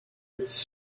its